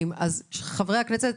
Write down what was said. חברי הכנסת